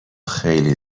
خیلی